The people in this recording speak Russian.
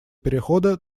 перехода